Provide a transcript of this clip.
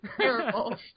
terrible